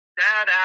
dad